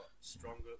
stronger